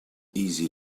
easy